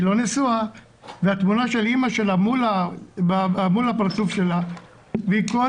היא לא נשואה והתמונה של אמא שלה מול הפרצוף שלה והיא כל